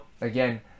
again